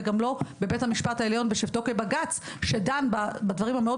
וגם לא בבית המשפט העליון בשבתו כבג"ץ שדן בדברים המאוד